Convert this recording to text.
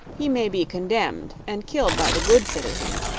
he may be condemned and killed by the good citizens,